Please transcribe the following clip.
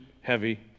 heavy